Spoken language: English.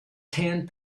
tan